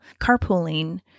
carpooling